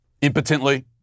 impotently